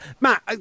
Matt